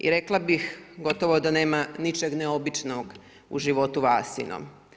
I rekla bih gotovo da nema ničeg neobičnog u životu Vasinom.